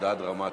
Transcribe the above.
הודעה דרמטית,